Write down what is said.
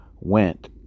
went